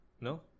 no